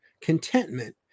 Contentment